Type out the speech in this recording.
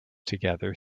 together